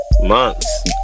months